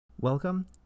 Welcome